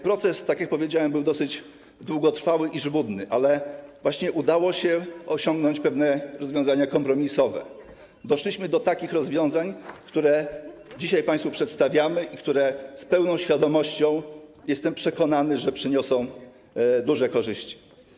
Proces, tak jak powiedziałem, był dosyć długotrwały i żmudny, ale udało się osiągnąć pewne rozwiązania kompromisowe, doszliśmy do takich rozwiązań, które dzisiaj państwu przedstawiamy i które - mówię to z pełną świadomością, jestem o tym przekonany - przyniosą duże korzyści.